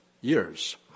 years